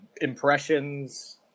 impressions